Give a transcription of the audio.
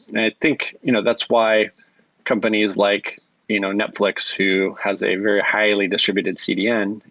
and i think you know that's why companies like you know netflix who has a very highly distributed cdn,